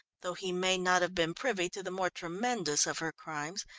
though he may not have been privy to the more tremendous of her crimes,